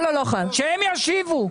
הם ישיבו.